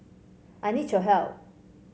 I need your help